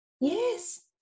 yes